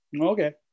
Okay